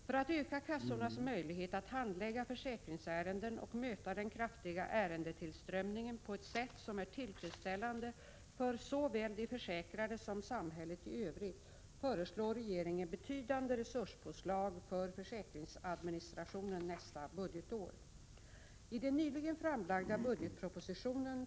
För att öka kassornas möjlighet att handlägga försäkringsärenden och möta den kraftiga ärendetillströmningen på ett sätt som är tillfredsställande för såväl de försäkrade som samhället i övrigt föreslår regeringen betydande resurspåslag för försäkringsadministrationen nästa budgetår. I den nyligen framlagda budgetpropositionen (prop. 1986/87:100, bil.